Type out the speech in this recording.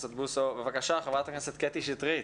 חברת הכנסת קטי שטרית.